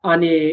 Ani